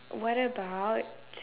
what about